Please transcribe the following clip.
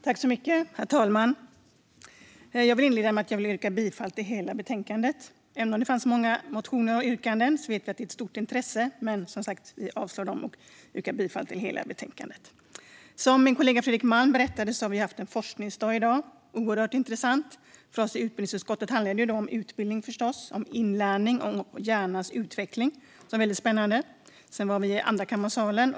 Herr talman! Jag vill inleda med att yrka bifall till utskottets förslag i betänkandet. Det är många motioner och yrkanden, och vi vet att det finns ett stort intresse. Men vi avstyrker de förslagen, och jag yrkar bifall till utskottets hela förslag i betänkandet. Som min kollega Fredrik Malm berättade har vi i riksdagen i dag haft en forskningsdag. Det har varit oerhört intressant. För oss i utbildningsutskottet handlar det förstås om utbildning, inlärning och hjärnans utveckling. Det är väldigt spännande. Vi var i andrakammarsalen.